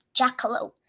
jackalope